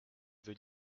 veut